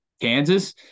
Kansas